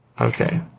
Okay